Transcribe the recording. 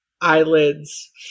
eyelids